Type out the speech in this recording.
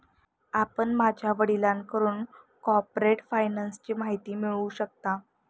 आपण माझ्या वडिलांकडून कॉर्पोरेट फायनान्सची माहिती मिळवू शकता